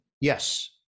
Yes